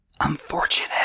Unfortunate